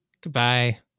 Goodbye